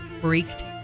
Freaked